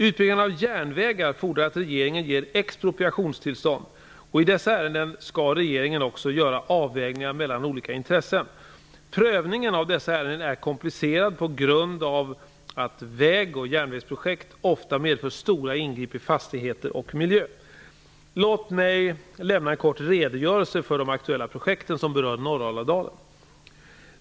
Utbyggnaden av järnvägar fordrar att regeringen ger expropriationstillstånd, och i dessa ärenden skall regeringen också göra avvägningar mellan olika intressen. Prövningen av dessa ärenden är komplicerad på grund av att väg och järnvägsprojekt ofta medför stora ingrepp i fastigheter och miljö. Låt mig lämna en kort redogörelse för de aktuella projekt som berör Norraladalen.